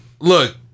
look